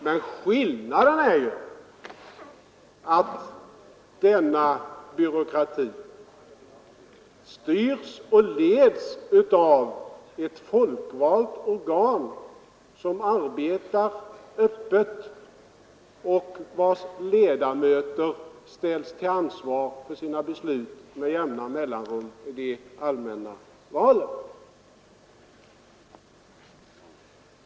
Men skillnaden är ju att denna byråkrati styrs och leds av ett folkvalt organ som arbetar öppet och vars ledamöter ställs till ansvar för sina beslut med jämna mellanrum vid de allmänna valen.